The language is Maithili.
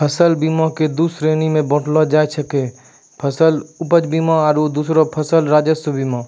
फसल बीमा के दु श्रेणी मे बाँटलो जाय छै एगो फसल उपज बीमा आरु दोसरो फसल राजस्व बीमा